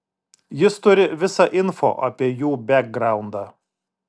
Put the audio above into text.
jis turi visą info apie jų bekgraundą